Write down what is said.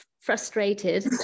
frustrated